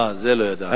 אה, זה לא ידעתי.